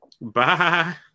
Bye